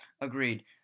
Agreed